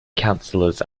councillors